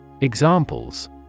Examples